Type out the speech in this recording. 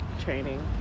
training